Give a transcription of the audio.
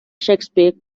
shakespeare